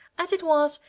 as it was,